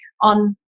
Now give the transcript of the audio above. on